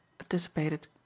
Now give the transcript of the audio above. anticipated